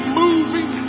moving